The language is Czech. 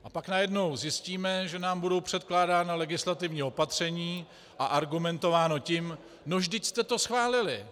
A pak najednou zjistíme, že nám budou předkládána legislativní opatření a argumentováno tím: No vždyť jste to schválili!